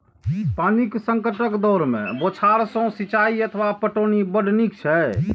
पानिक संकटक दौर मे बौछार सं सिंचाइ अथवा पटौनी बड़ नीक छै